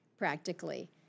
practically